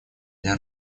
для